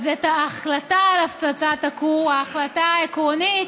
אז את ההחלטה על הפצצת הכור, ההחלטה העקרונית,